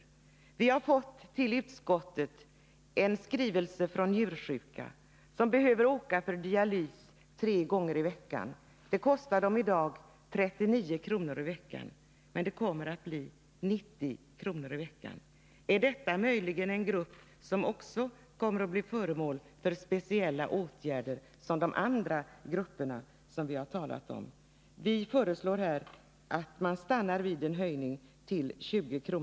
Jag vill erinra om att vi i utskottet fått en skrivelse från njursjuka som behöver åka för dialys tre gånger i veckan. Det kostar dem i dag 39 kr. i veckan, men det kommer att höjas till 90 kr. Är detta möjligen också en grupp som kommer att bli föremål för speciella åtgärder i likhet med de andra grupper vi har talat om? Vi föreslår här att man skall stanna vid en höjning till 20 kr.